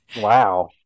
Wow